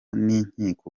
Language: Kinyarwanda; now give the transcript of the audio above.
n’inkiko